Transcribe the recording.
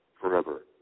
forever